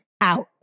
out